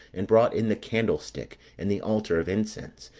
and brought in the candlestick, and the altar of incense,